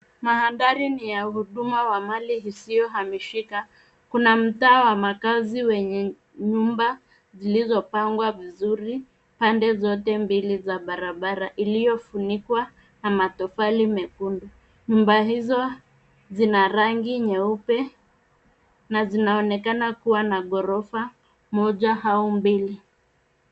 Mandhari ni ya huduma wa mali isiyohamishika. Kuna mtaa wa makazi wenye nyumba zilizopangwa vizuri pande zote mbili za barabara iliyofunikwa na matofali mekundu. Nyumba hizo zina rangi nyeupe na zinaonekana kuwa na ghorofa moja au mbili.